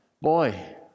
Boy